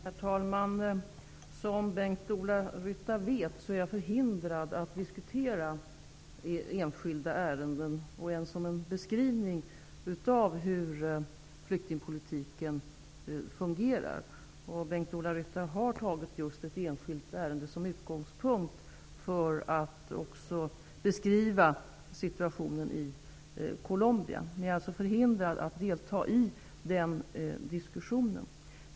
Herr talman! Som Bengt-Ola Ryttar vet är jag förhindrad att diskutera enskilda ärenden, t.o.m. som en beskrivning av hur flyktingpolitiken fungerar. Bengt-Ola Ryttar har tagit just ett enskilt ärende som utgångspunkt också för att beskriva situationen i Colombia. Men jag är alltså förhindrad att delta i den diskussionen.